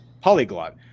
Polyglot